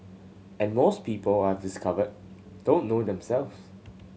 and most people I've discovered don't know themselves